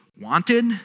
wanted